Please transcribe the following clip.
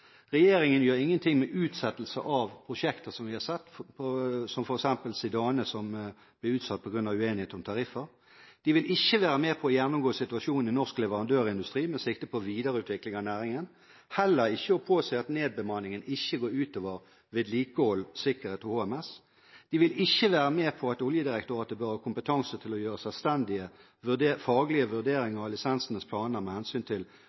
Regjeringen gjør ingen ting med utsettelse av prosjekter som vi har sett, som f.eks. Zidane som ble utsatt på grunn av uenighet om tariffer. De vil ikke være med på å gjennomgå situasjonen i norsk leverandørindustri med sikte på videreutvikling av næringen, heller ikke påse at nedbemanningen ikke går ut over vedlikehold, sikkerhet og HMS. De vil ikke være med på at Oljedirektoratet bør ha kompetanse til å gjøre selvstendige, faglige vurderinger av lisensplaner med hensyn til